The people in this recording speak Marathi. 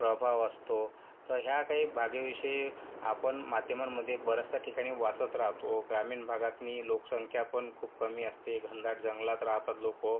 प्रभाव असतो तर ह्या काही बागेविषयी आपण माध्यमांमध्ये बऱ्याचशा ठिकाणी वाचत राहतो ग्रामीण भागातनी लोकसंख्या पण खूप कमी असते घनदाट जंगलात राहतात लोक